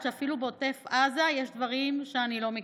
שאפילו בעוטף עזה יש דברים שאני לא מכירה.